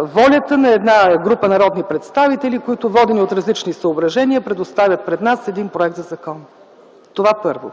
волята на една група народни представители, които, водени от различни съображения, представят пред нас един проект за закон. Това – първо.